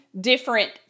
different